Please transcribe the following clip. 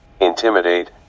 intimidate